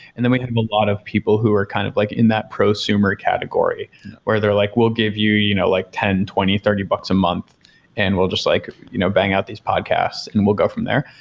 and then we have a lot of people who are kind of like in that prosumer category or they're like, we'll give you know like ten, twenty, thirty bucks a month and we'll just like you know bang out these podcasts and we'll go from there,